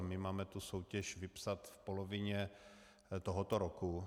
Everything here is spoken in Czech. My máme tu soutěž vypsat v polovině tohoto roku.